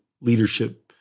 leadership